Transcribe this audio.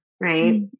Right